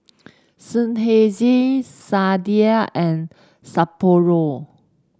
Seinheiser Sadia and Sapporo